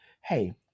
Hey